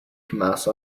commerce